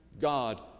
God